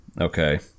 okay